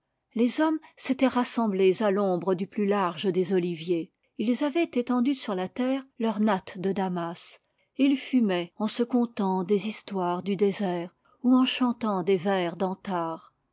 les hommes s'étaient rassemblés à l'ombre du plus large des oliviers ils avaient étendu sur la terre leur natte de damas et ils fumaient en se contant des histoires du désert ou en chantant des vers d'antar